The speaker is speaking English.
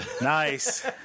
Nice